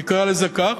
נקרא לזה כך.